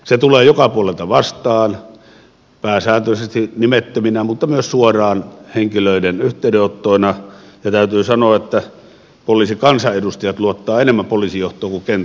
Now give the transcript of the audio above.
se tulee joka puolelta vastaan pääsääntöisesti nimettöminä mutta myös suoraan henkilöiden yhteydenottoina ja täytyy sanoa että poliisikansanedustajat luottavat enemmän poliisijohtoon kuin kentän poliisit